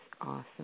awesome